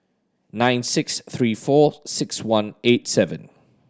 nine six three four six one eight seven